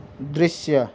दृश्य